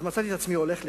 אז מצאתי את עצמי הולך לשם,